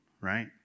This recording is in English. right